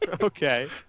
Okay